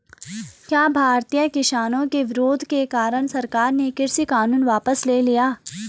क्या भारतीय किसानों के विरोध के कारण सरकार ने कृषि कानून वापस ले लिया?